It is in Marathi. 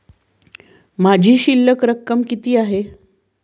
माझी शिल्लक रक्कम किती आहे?